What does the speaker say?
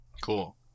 Cool